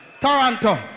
Toronto